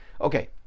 Okay